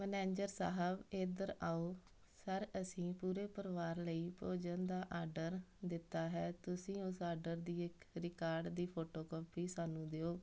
manager ਸਾਹਿਬ ਇੱਧਰ ਆਓ ਸਰ ਅਸੀਂ ਪੂਰੇ ਪਰਿਵਾਰ ਲਈ ਭੋਜਨ ਦਾ ਆਡਰ ਦਿੱਤਾ ਹੈ ਤੁਸੀਂ ਉਸ ਆਡਰ ਦੀ ਇੱਕ ਰਿਕਾਰਡ ਦੀ ਫੋਟੋਕਾਪੀ ਸਾਨੂੰ ਦਿਓ